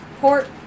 port